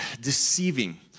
deceiving